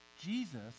Jesus